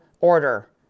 order